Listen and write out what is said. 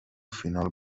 فینال